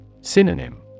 Synonym